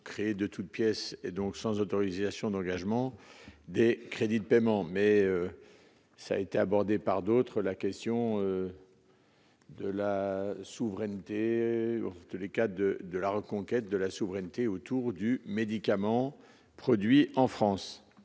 créé de toutes pièces et donc sans autorisation d'engagement des crédits de paiement mais ça a été abordé par d'autres, la question. De la souveraineté en tous les cas de de la reconquête de la souveraineté autour du médicament, produit en France.